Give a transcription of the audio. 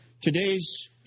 today's